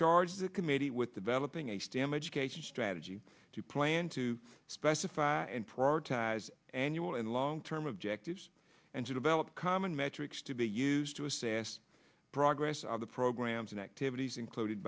charge the committee with developing a stem education strategy to plan to specify and prioritize annual and long term objectives and to develop common metrics to be used to assess progress of the programs and activities included